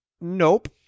Nope